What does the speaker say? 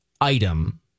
item